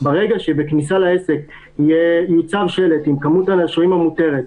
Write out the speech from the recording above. ברגע שבכניסה לעסק יוצב שלט עם כמות השוהים המותרת,